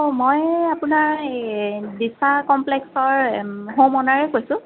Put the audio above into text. অ' মই আপোনাৰ দিছা কমপ্লেক্সৰ হোম অ'নাৰে কৈছোঁ